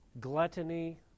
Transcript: gluttony